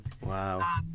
Wow